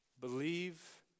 believe